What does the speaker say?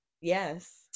Yes